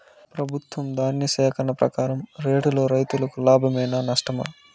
ప్రభుత్వం ధాన్య సేకరణ ప్రకారం రేటులో రైతుకు లాభమేనా నష్టమా?